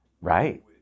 Right